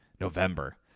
November